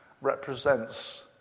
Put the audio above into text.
represents